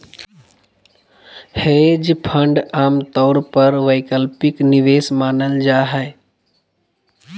hedge fund आमतौर पर वैकल्पिक निवेश मानल जा हय